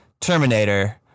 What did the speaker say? Terminator